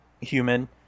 human